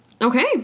Okay